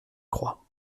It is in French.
croix